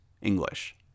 English